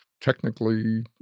technically